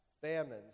famines